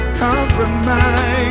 compromise